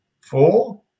four